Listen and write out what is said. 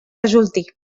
resulti